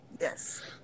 Yes